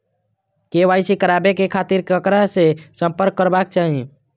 KYC कराबे के खातिर ककरा से संपर्क करबाक चाही?